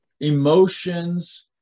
emotions